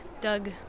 Doug